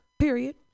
period